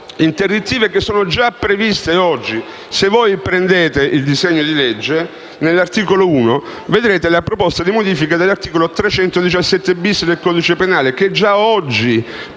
interdittive che già sono previste oggi. Se prendete il disegno di legge n. 1954, all'articolo 1 vedrete una proposta di modifica dell'articolo 317-*bis* del codice penale, che già oggi